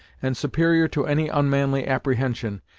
and superior to any unmanly apprehension,